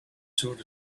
sort